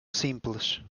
simples